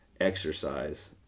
exercise